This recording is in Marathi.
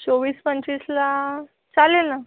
चोवीस पंचवीसला चालेल ना